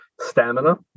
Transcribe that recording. stamina